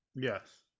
Yes